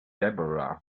deborah